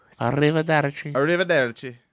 Arrivederci